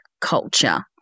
culture